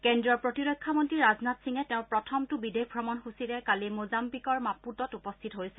কেন্দ্ৰীয় প্ৰতিৰক্ষা মন্ত্ৰী ৰাজনাথ সিঙে তেওঁৰ প্ৰথমটো বিদেশ ভ্ৰমণসূচীৰে কালি মোজাস্থিকৰ মাপূটত উপস্থিত হৈছে